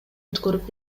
өткөрүп